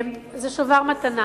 זה שובר מתנה.